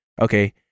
okay